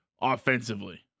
offensively